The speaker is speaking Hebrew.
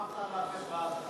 תמכת בלצאת מעזה.